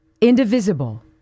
indivisible